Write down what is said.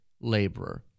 laborer